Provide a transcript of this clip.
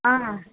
ஆ